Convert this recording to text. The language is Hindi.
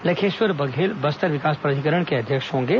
लखेश्वर बघेल बस्तर विकास प्राधिकरण के अध्यक्ष होंगे